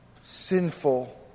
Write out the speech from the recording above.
sinful